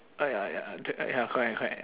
uh ya ya corre~ ya correct correct